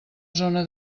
zona